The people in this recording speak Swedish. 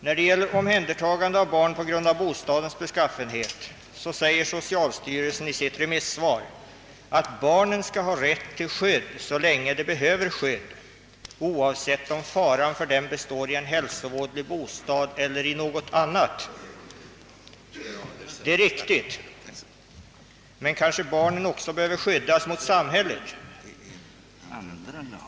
När det gäller omhändertagande av barn på grund av bostadens beskaffenhet anför socialstyrelsen i sitt remisssvar, att barnen skall ha rätt till skydd så länge de behöver skydd, oavsett om faran för dem består i en hälsovådlig, bostad eller i något annat. Det är riktigt, men kanske barnen också behöver skyddas mot samhället.